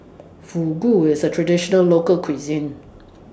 Fugu IS A Traditional Local Cuisine